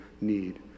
need